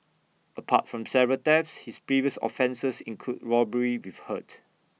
apart from several thefts his previous offences include robbery with hurt